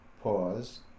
pause